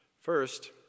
First